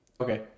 Okay